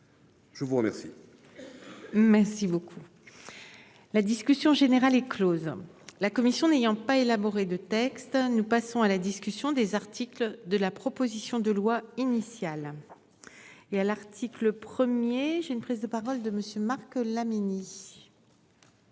Je vous remercie. Merci beaucoup. La discussion générale est Close. La commission n'ayant pas élaboré de texto, nous passons à la discussion des articles de la proposition de loi initial. Et à l'article premier j'ai une prise de parole de monsieur Marc la Mini.